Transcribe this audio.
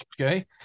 Okay